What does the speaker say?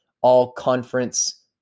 all-conference